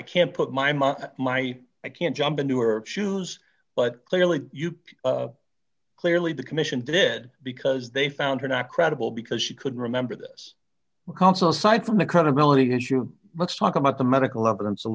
i can't put my mom my i can't jump into or shoes but clearly you clearly the commission did because they found her not credible because she couldn't remember this consul aside from a credibility issue let's talk about the medical evidence a